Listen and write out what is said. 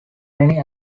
many